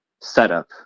setup